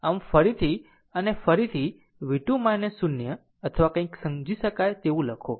આમ ફરીથી અને ફરીથી v2 0 અથવા કંઈક સમજી શકાય તેવું લખો